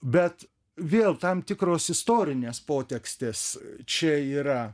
bet vėl tam tikros istorinės potekstės čia yra